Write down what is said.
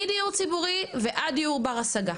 מדיור ציבורי ועד דיור בר השגה.